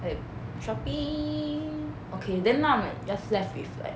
like Shopee okay then now I'm like just left with like